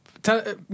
Tell